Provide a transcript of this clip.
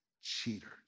cheaters